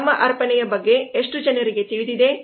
ನಮ್ಮ ಅರ್ಪಣೆಯ ಬಗ್ಗೆ ಎಷ್ಟು ಜನರಿಗೆ ತಿಳಿದಿದೆ